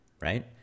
right